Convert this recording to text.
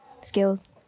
skills